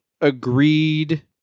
agreed